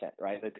right